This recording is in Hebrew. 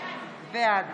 בעד